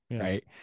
Right